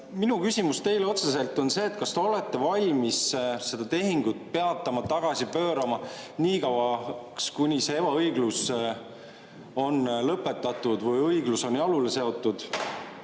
Minu küsimus teile otseselt on see: kas te olete valmis seda tehingut peatama, tagasi pöörama niikauaks, kuni see ebaõiglus on lõpetatud või õiglus on jalule seatud,